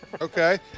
Okay